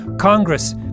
Congress